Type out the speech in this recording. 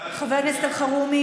חבר הכנסת אבידר,